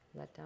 Letdown